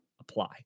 apply